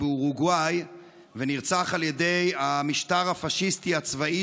באורוגוואי ונרצח על ידי המשטר הפשיסטי הצבאי,